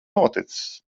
noticis